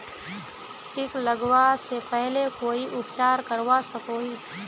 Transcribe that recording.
किट लगवा से पहले कोई उपचार करवा सकोहो ही?